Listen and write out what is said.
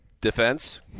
defense